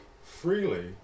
freely